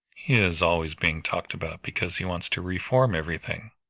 is always being talked about because he wants to reform everything.